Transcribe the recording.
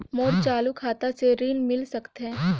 मोर चालू खाता से ऋण मिल सकथे?